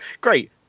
great